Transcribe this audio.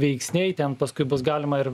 veiksniai ten paskui bus galima ir